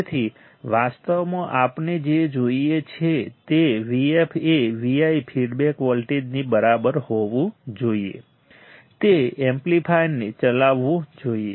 તેથી વાસ્તવમાં આપણે જે જોઈએ છે તે Vf એ Vi ફીડબેક વોલ્ટેજની બરાબર હોવું જોઈએ તે એમ્પ્લીફાયરને ચલાવવું જોઈએ